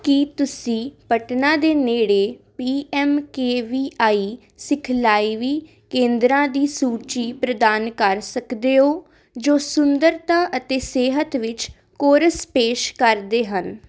ਕੀ ਤੁਸੀਂ ਪਟਨਾ ਦੇ ਨੇੜੇ P M K V I ਸਿਖਲਾਈ ਵੀ ਕੇਂਦਰਾਂ ਦੀ ਸੂਚੀ ਪ੍ਰਦਾਨ ਕਰ ਸਕਦੇ ਹੋ ਜੋ ਸੁੰਦਰਤਾ ਅਤੇ ਸਿਹਤ ਵਿੱਚ ਕੋਰਸ ਪੇਸ਼ ਕਰਦੇ ਹਨ